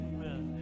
Amen